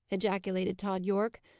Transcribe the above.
ejaculated tod yorke.